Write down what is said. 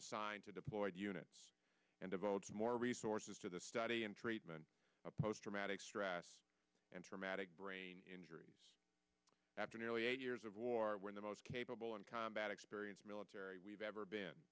assigned to deployed units and devote more resources to the study and treatment of post traumatic stress and traumatic brain injuries after nearly eight years of war when the most capable and combat experience military we've ever been